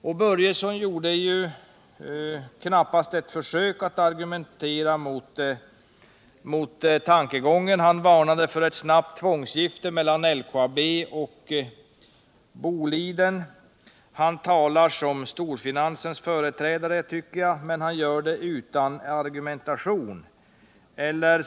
Herr Börjesson gjorde knappast ett försök att argumentera mot tankegången. Han varnade för ett snabbt tvångsgifte mellan LKAB och Boliden. Han talar för storfinansens företrädare, tycker jag, men utan argumentation.